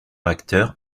acteur